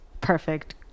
perfect